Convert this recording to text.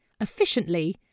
efficiently